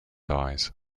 dies